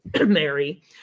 Mary